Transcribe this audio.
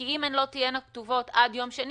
וזה גם נותן מענה לדובר הקודם,